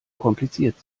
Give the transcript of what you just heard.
kompliziert